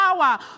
power